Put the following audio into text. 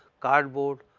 card board,